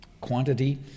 Quantity